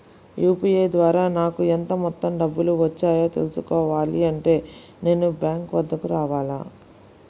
UPI ద్వారా నాకు ఎంత మొత్తం డబ్బులు వచ్చాయో తెలుసుకోవాలి అంటే నేను బ్యాంక్ వద్దకు రావాలా?